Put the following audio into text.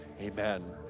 amen